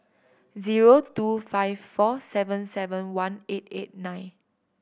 zero two five four seven seven one eight eight nine